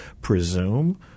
presume